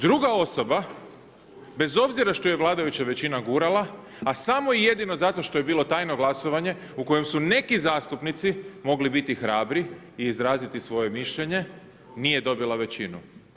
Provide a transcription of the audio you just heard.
Druga osoba, bez obzira što je vladajuća većina gurala, a samo i jedino zato što je bilo tajno glasovanje u kojem su neki zastupnici mogli biti hrabri i izraziti svoje mišljenje, nije dobila većinu.